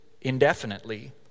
indefinitely